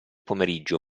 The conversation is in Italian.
pomeriggio